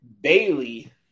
Bailey